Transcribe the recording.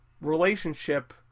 relationship